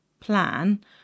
plan